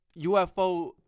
UFO